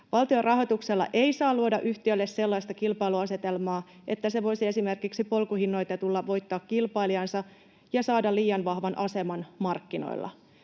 Valtion rahoituksella ei saa luoda yhtiölle sellaista kilpailuasetelmaa, että se voisi esimerkiksi polkuhinnoittelulla voittaa kilpailijansa ja saada liian vahvan aseman markkinoilla.